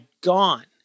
gone